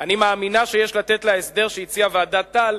אני מאמינה שיש לתת להסדר שהציעה ועדת-טל,